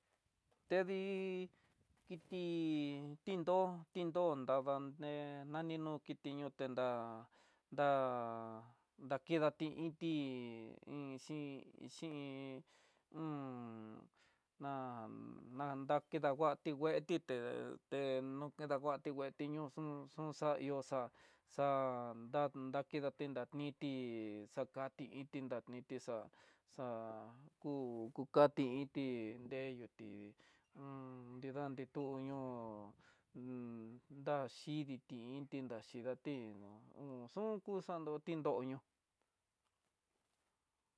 Tedi iti timdó, timdo nrada né nani no kiti tendá'á, dakiditi iti iin xhi xhin na nakedanguati nguetité, nde nokedanguatti veetí ño'o xun xun, xa ihó xa'a, xa dan dankidatí dan ití xakati iti ndaiti xa'á, xa ku dati iti ndeyuti nrida nrituño'o ndaxhiditi inti naxhidati un kuxando tindoño.